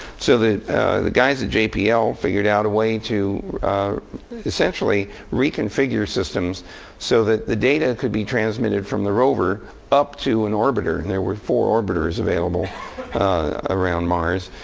so the the guys at jpl figured out a way to essentially reconfigure systems so that the data could be transmitted from the rover up to an orbiter. and there were four orbiters available around mars.